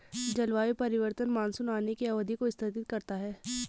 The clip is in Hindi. जलवायु परिवर्तन मानसून आने की अवधि को स्थगित करता है